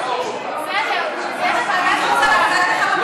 שזה יהיה בוועדת החוקה.